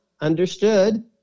understood